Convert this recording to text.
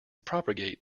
propagate